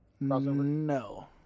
No